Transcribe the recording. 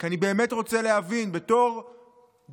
כי אני באמת רוצה להבין: בתור דמוקרט,